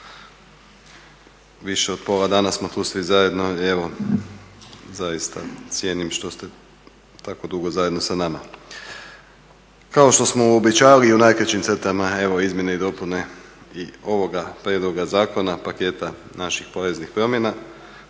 više od pola dana smo tu svi zajedno i evo zaista cijenim što ste tako dugo zajedno sa nama. Kao što smo obećavali i u najkraćim crtama evo izmjene i dopune i ovoga prijedloga zakona, paketa naših poreznih promjena.